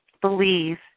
believe